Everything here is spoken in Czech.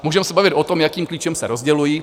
Můžeme se bavit o tom, jakým klíčem se rozdělují.